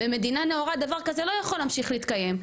במדינה נאורה דבר כזה לא יכול להמשיך להתקיים.